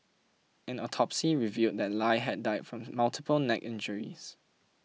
an autopsy revealed that Lie had died from multiple neck injuries